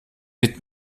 wird